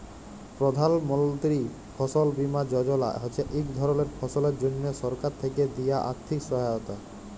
প্রধাল মলতিরি ফসল বীমা যজলা হছে ইক ধরলের ফসলের জ্যনহে সরকার থ্যাকে দিয়া আথ্থিক সহায়তা